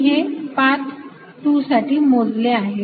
तर मी हे 2 पाथ साठी मोजले आहे